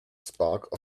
spark